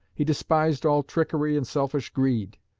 he despised all trickery and selfish greed.